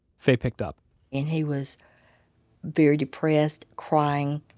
faye picked up and he was very depressed, crying,